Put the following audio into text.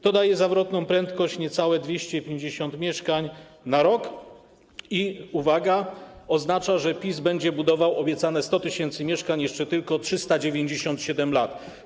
Ta daje zawrotną prędkość niecałe 250 mieszkań na rok i oznacza, uwaga, że PiS będzie budował obiecane 100 tys. mieszkań jeszcze tylko 397 lat.